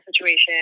situation